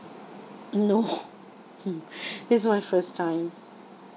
no mm it's my first time